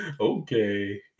okay